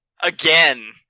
Again